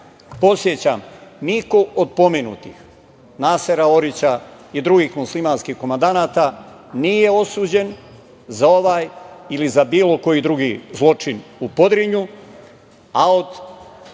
sami“.Podsećam, niko od pomenutih, Nasera Orića i drugih muslimanskih komandanata, nije osuđen za ovaj ili za bilo koji drugi zločin u Podrinju, a od